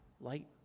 light